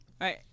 right